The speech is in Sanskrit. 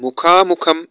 मुखामुखं